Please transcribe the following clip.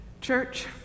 Church